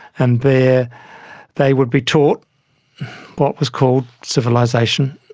and there they would be taught what was called civilisation,